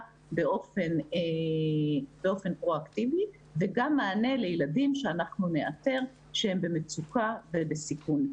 באופן פרו-אקטיבי וגם מענה לילדים שאנחנו נאתר שהם במצוקה ובסיכון.